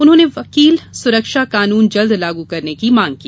उन्होंने वकील सुरक्षा कानून जल्द लागू करने की मांग की